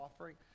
offering